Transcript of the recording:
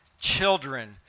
children